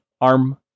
arm